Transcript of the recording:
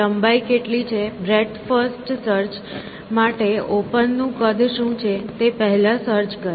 લંબાઈ કેટલી છે બ્રેડ્થ ફર્સ્ટ સર્ચ માટે ઓપન નું કદ શું છે તે પહેલા સર્ચ કરો